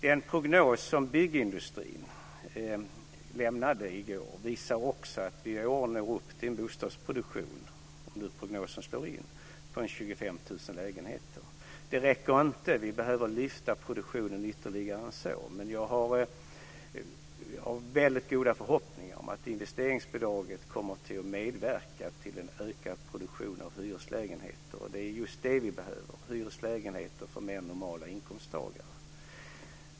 Den prognos som byggindustrin lämnade i går visar också att vi i år når upp till en bostadsproduktion, om prognosen slår in, på 25 000 lägenheter. Det räcker inte. Vi behöver öka produktionen mer än så. Men jag har väldigt goda förhoppningar om att investeringsbidraget kommer att medverka till en ökad produktion av hyreslägenheter. Och det är just det som vi behöver, hyreslägenheter för människor med mer normala inkomster.